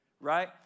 Right